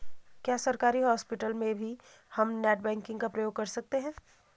क्या सरकारी हॉस्पिटल में भी हम नेट बैंकिंग का प्रयोग कर सकते हैं?